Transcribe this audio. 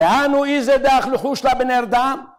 ‫האנו איזה דרך לחוש לבנארדם?